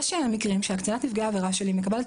יש מקרים שקצינת נפגעי העבירה שלי מקבלת